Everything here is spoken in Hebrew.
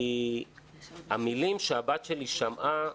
המלים שהבת שלי שמעה,